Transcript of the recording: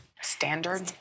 standard